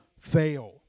fail